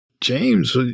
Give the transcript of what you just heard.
James